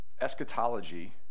Eschatology